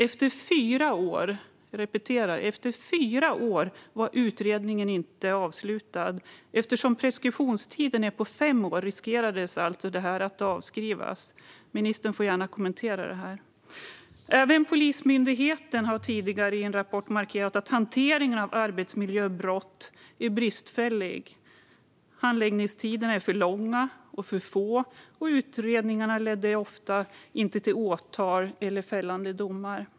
Efter fyra år - fyra år! - var utredningen ännu inte avslutad. Eftersom preskriptionstiden är fem år riskerade alltså detta att avskrivas. Ministern får gärna kommentera detta. Även Polismyndigheten har tidigare i en rapport markerat att hanteringen av arbetsmiljöbrott är bristfällig. Handläggningstiderna är för långa, och för få utredningar ledde till åtal och fällande domar.